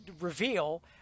reveal